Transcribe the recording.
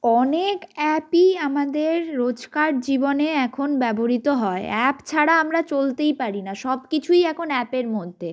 অনেক অ্যাপই আমাদের রোজকার জীবনে এখন ব্যবহৃত হয় অ্যাপ ছাড়া আমরা চলতেই পারি না সব কিছুই এখন অ্যাপের মধ্যে